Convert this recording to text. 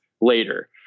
later